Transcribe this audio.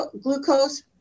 glucose